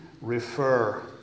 refer